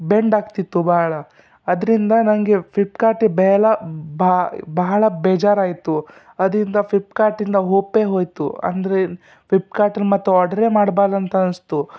bend ಆಗ್ತಿತ್ತು ಬಹಳ ಅದರಿಂದ ನನಗೆ ಫ್ಲಿಪ್ಕಾರ್ಟೇ ಬೇಡ ಬಹಳ ಬೇಜಾರು ಆಯಿತು ಅದ್ರಿಂದ ಫಿಪ್ಕಾರ್ಟಿಂದ ಹೋಪೇ ಹೋಯಿತು ಅಂದರೆ ಫಿಪ್ಕಾರ್ಟ್ ತ್ರೂ ಮತ್ತೆ ಆರ್ಡ್ರೇ ಮಾಡಬಾರ್ದು ಅಂತ ಅನ್ನಿಸ್ತು